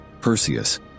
Perseus